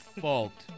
fault